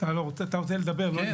רגע, אתה רוצה לדבר, לא לשאול.